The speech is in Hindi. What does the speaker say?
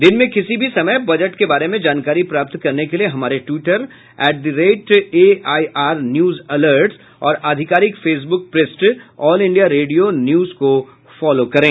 दिन में किसी भी समय बजट के बारे में जानकारी प्राप्त करने के लिए हमारे Twitter at the rate AIR news alerts और आधिकारिक फेसबुक पृष्ठ ऑल इंडिया रेडियो न्यूज को फॉलो करें